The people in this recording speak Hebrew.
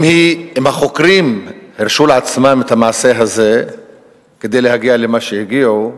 אם החוקרים הרשו לעצמם את המעשה הזה כדי להגיע למה שהגיעו,